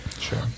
Sure